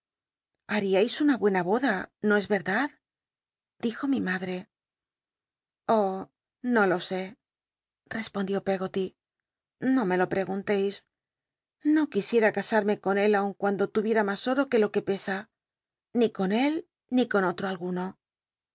haríais una buena boda no es verdad dijo mi madre oh no losó rcspontl ió pcggo ty no me lo pregunteis o quisiera cas umc con él aun cuando t uvicra mas oro que lo que pesa ni con él ni con otro alguno